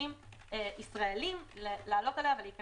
לצד זאת,